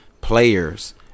players